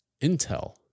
intel